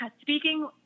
speaking